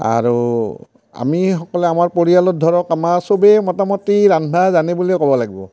আৰু আমি সকলোৱে আমাৰ পৰিয়ালত ধৰক আমাৰ চবে মোটামুটি ৰন্ধা জানে বুলিয়ে ক'ব লাগিব